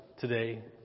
today